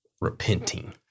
repenting